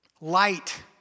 light